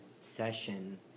session